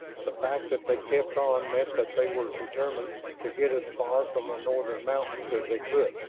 the fact that they kept on meant that they were determined to get as far from the northern mountains as they could.